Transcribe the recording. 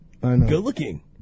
good-looking